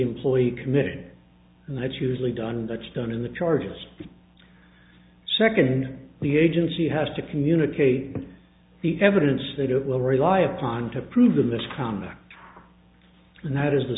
employee committed and that's usually done that's done in the charges second the agency has to communicate the evidence that it will rely upon to prove the misconduct and that is the